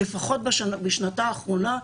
לפחות בשנתה האחרונה,